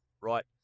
right